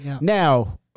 Now